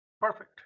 Perfect